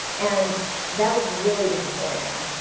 and that was really disappointing.